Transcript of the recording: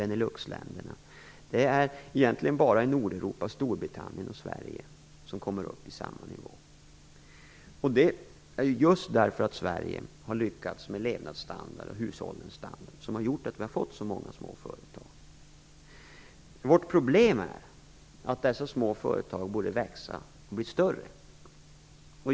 Det är i Nordeuropa egentligen bara Storbritannien som kommer upp på samma nivå som Sverige. Och att Sverige har fått så många små företag beror på att vi har lyckats med levnadsstandard och hushållsstandard. Vårt problem är att dessa små företag borde växa och bli större.